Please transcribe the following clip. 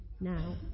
now